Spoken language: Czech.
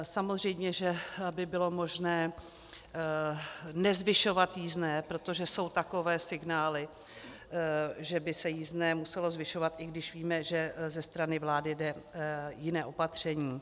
Samozřejmě že by bylo možné nezvyšovat jízdné, protože jsou takové signály, že by se jízdné muselo zvyšovat, i když víme, že ze strany vlády jde jiné opatření.